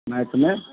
math मे